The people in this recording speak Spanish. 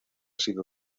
sido